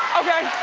okay.